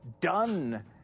done